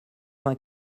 vingt